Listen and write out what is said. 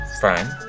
fine